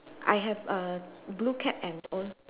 I have a blue cap and al~